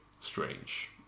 strange